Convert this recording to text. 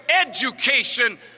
education